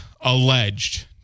alleged